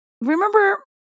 remember